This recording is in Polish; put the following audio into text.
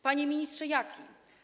Panie Ministrze Jaki!